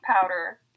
powder